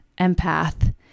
empath